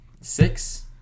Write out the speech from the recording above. Six